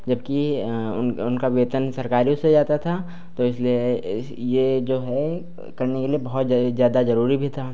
जबकि उन उनका वेतन सरकारी से जाता था तो इसलिए यह जो है करने के लिए बहुत ज़्यादा ज़रूरी भी था